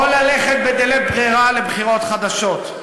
או ללכת בדלית ברירה לבחירות חדשות.